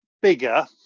bigger